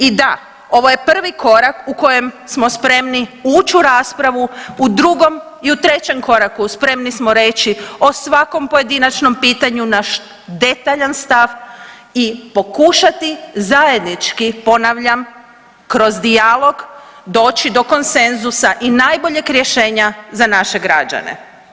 I da, ovo je prvi korak u kojem smo spremni ući u raspravu u drugom i u trećem koraku spremni smo reći o svakom pojedinačnom pitanju naš detaljan stav i pokušati zajednički ponavljam kroz dijalog doći do konsenzusa i najboljeg rješenja za naše građane.